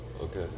Okay